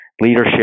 leadership